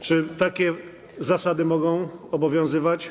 Czy takie zasady mogą obowiązywać?